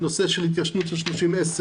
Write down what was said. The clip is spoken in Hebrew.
נושא של התיישנות של 30-10,